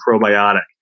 probiotic